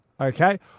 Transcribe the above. okay